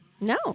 No